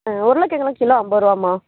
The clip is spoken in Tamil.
உருளைக்கிழங்குலாம் கிலோ ஐம்பதுரூவாம்மா